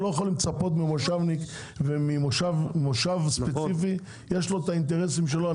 לצפות ממושבניק וממושב ספציפי; יש לו את האינטרסים שלו.